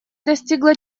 достигло